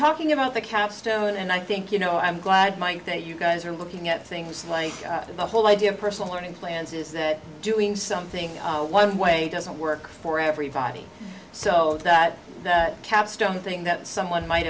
talking about the capstone and i think you know i'm glad mike that you guys are looking at things like that the whole idea of personal learning plans is that doing something one way doesn't work for everybody so that capstone thing that someone might